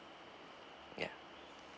yup